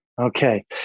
Okay